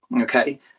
okay